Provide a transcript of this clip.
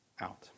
out